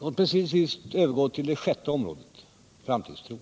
Låt mig till sist övergå till det sjätte området: Framtidstron.